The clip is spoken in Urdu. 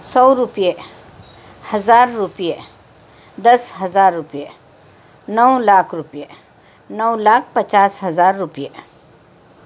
سو روپئے ہزار روپئے دس ہزار روپئے نو لاکھ روپئے نو لاکھ پچاس ہزار روپئے